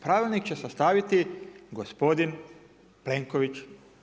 Pravilnik će sastaviti gospodin Plenković.